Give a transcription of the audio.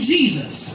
Jesus